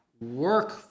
work